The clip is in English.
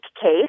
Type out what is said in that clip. case